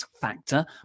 factor